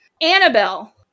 Annabelle